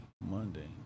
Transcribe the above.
monday